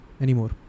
anymore